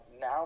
now